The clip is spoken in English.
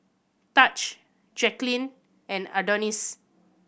Tahj Jacqueline and Adonis